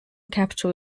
capital